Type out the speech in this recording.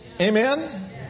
Amen